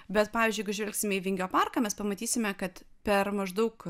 bet pavyzdžiui jeigu žvelgsime į vingio parką mes pamatysime kad per maždaug